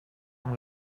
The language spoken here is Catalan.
amb